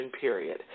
period